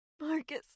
Marcus